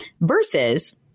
versus